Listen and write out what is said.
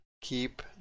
keep